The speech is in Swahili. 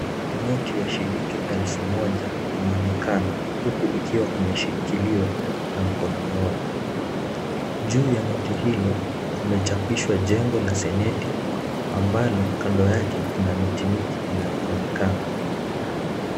Noti ya shilingi elfu moja inaonekana huku ikiwa imeshikilia na mkono mmoja. Juu ya noti hilo limechapishwa jengo la seneti ambalo kando yake kuna miti miti inayoonekana.